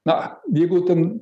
na jeigu ten